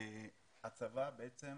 הצבא בעצם